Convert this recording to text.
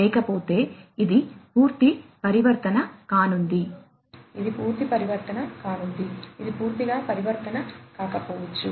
లేకపోతే ఇది పూర్తి పరివర్తన కానుంది ఇది పూర్తి పరివర్తన కానుంది ఇది పూర్తిగా పరివర్తన కాకపోవచ్చు